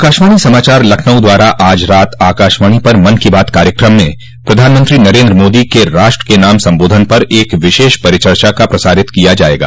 आकाशवाणी समाचार लखनऊ द्वारा आज रात आकाशवाणो पर मन की बात कार्यकम मं प्रधानमंत्री नरेन्द्र मोदी के राष्ट्र के नाम सम्बोधन पर एक विशेष परिचर्चा का प्रसारित किया जायेगा